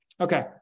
Okay